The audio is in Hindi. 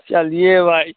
चलिए भाई